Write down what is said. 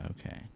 Okay